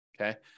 okay